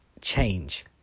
change